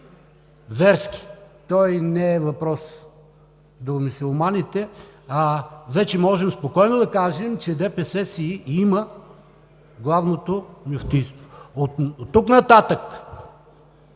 верски. Той не е въпрос и до мюсюлманите, а вече можем спокойно да кажем, че ДПС си има Главното мюфтийство. Оттук нататък